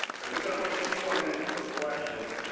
but we're going to wait a few more minutes for questions.